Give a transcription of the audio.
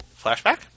Flashback